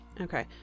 Okay